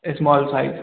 small size